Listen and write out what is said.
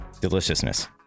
Deliciousness